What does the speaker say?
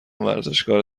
ورزشکاره